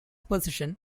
position